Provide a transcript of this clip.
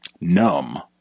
numb